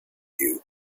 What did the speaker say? you